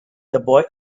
boy